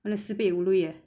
na sibei wu lui ah